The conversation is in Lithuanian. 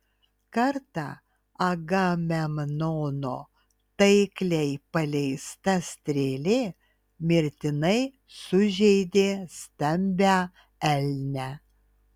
kartą agamemnono taikliai paleista strėlė mirtinai sužeidė stambią elnę